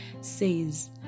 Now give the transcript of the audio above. says